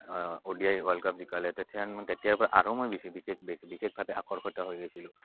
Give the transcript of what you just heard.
O D I world cup জিকালে তেথেন তেতিয়াৰপৰা আৰু মই বেছি বিশেষভাৱে আকৰ্ষিত হৈ গৈছিলোঁ